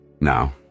Now